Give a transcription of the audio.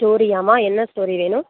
ஸ்டோரியாம்மா என்ன ஸ்டோரி வேணும்